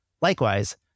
Likewise